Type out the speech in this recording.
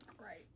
Right